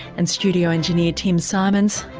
and studio engineer tim symonds.